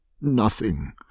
Nothing